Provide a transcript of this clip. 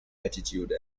latitude